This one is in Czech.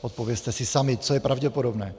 Odpovězte si sami, co je pravděpodobné.